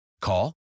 Call